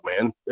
man